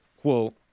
Quote